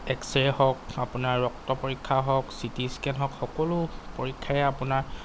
x ray হওক আপোনাৰ ৰক্ত পৰীক্ষা হওক চিটি স্কেন হওক সকলো পৰীক্ষাই আপোনাৰ